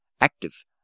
active